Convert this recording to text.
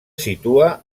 situa